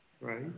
right